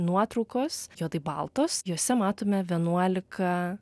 nuotraukos juodai baltos jose matome vienuolika